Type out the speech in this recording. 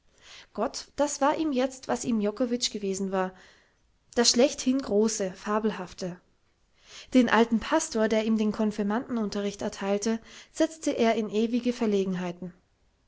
gott das war ihm jetzt was ihm miokovitsch gewesen war das schlechthin große fabelhafte den alten pastor der ihm den konfirmanden unterricht erteilte setzte er in ewige verlegenheiten